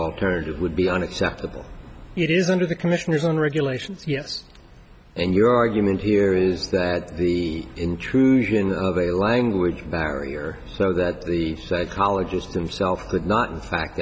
alternative would be unacceptable it is under the commissioner's own regulations yes and your argument here is that the intrusion of a language barrier so that the psychologist themself could not in fact